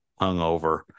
hungover